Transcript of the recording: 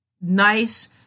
nice